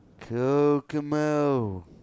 Kokomo